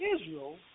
Israel